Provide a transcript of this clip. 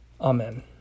Amen